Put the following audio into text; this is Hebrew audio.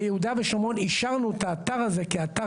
ביהודה ושומרון אישרנו את האתר הזה כאתר